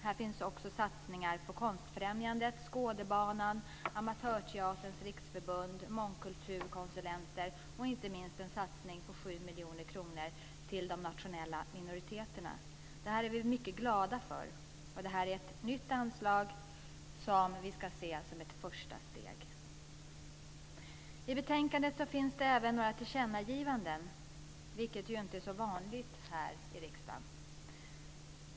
Här finns också satsningar på Konstfrämjandet, Skådebanan, Amatörteaterns riksförbund, mångkulturkonsulenter och inte minst en satsning på 7 miljoner kronor till de nationella minoriteterna. Det här är vi mycket glada för. Det är ett nytt anslag som ska ses som ett första steg. I betänkandet finns det även några tillkännagivanden, vilket inte är så vanligt i riksdagen.